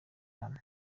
hano